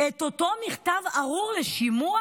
את אותו מכתב ארור לשימוע?